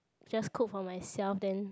just cook for myself then